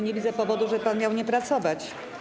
Nie widzę powodu, żeby pan miał nie pracować.